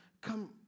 come